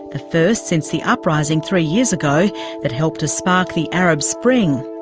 the first since the uprising three years ago that helped to spark the arab spring.